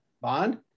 bond